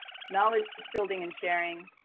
knowledge building and sharing,